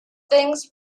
things